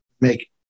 make